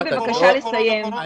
תנו לי, בבקשה, לסיים.